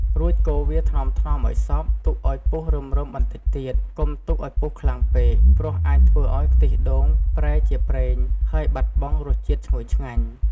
រួចកូរវាថ្នមៗឱ្យសព្វ ទុកឱ្យពុះរឹមៗបន្តិចទៀត កុំទុកឱ្យពុះខ្លាំងពេក ព្រោះអាចធ្វើឱ្យខ្ទិះដូងប្រែជាប្រេង ហើយបាត់បង់រសជាតិឈ្ងុយឆ្ងាញ់។